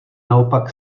naopak